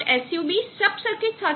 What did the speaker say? sub sub circuit સાથે જોડાયેલ છે